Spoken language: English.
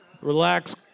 Relax